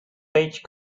page